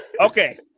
Okay